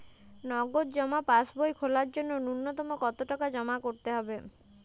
নগদ জমা পাসবই খোলার জন্য নূন্যতম কতো টাকা জমা করতে হবে?